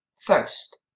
First